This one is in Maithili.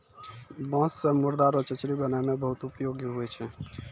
बाँस से मुर्दा रो चचरी बनाय मे बहुत उपयोगी हुवै छै